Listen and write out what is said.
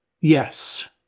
Yes